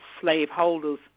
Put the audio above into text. slaveholder's